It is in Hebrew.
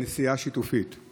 בכסלו התש"ף (4 בדצמבר 2019)